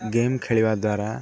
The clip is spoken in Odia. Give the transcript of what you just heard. ଗେମ୍ ଖେଳିବା ଦ୍ୱାରା